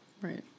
Right